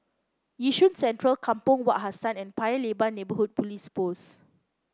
Yishun Central Kampong Wak Hassan and Paya Lebar Neighbourhood Police Post